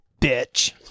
bitch